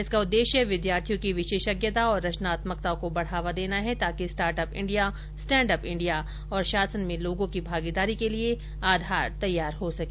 इसका उद्देश्य विद्यार्थियों की विशेषज्ञता और रचनात्मकता को बढ़ावा देना है ताकि स्टार्टअप इंडिया स्टैंडअप इंडिया और शासन में लोगों की भागीदारी के लिए आधार तैयार हो सके